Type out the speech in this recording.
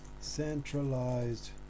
centralized